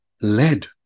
led